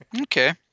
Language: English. Okay